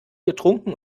getrunken